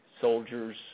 soldiers